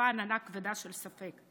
ריחפה עננה כבדה של ספק.